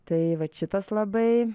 tai vat šitas labai